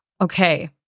okay